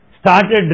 started